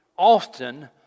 often